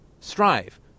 strive